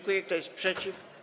Kto jest przeciw?